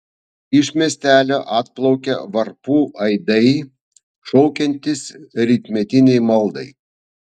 iš miestelio atplaukia varpų aidai šaukiantys rytmetinei maldai